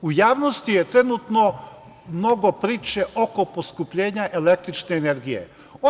U javnosti je trenutno mnogo priče oko poskupljenja električne energije.